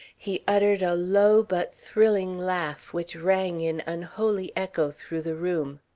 he uttered a low but thrilling laugh, which rang in unholy echo through the room.